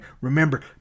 Remember